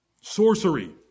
Sorcery